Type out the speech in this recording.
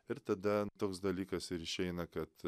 ir tada toks dalykas ir išeina kad